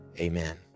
amen